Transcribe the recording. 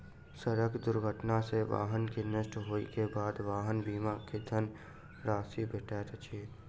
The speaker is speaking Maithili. सड़क दुर्घटना सॅ वाहन के नष्ट होइ के बाद वाहन बीमा के धन राशि भेटैत अछि